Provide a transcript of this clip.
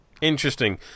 Interesting